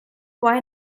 why